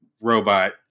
robot